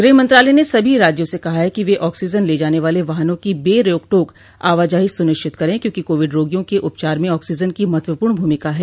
गुहमंत्रालय ने सभी राज्यों से कहा है कि वे ऑक्सीजन ले जाने वाले वाहनों की बे रोकटोक आवाजाही सुनिश्चित करें क्योंकि कोविड रोगियों के उपचार में ऑक्सीजन की महत्वपूर्ण भूमिका है